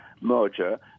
merger